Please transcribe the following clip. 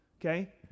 okay